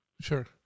Sure